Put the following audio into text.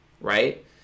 right